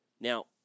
Now